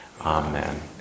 Amen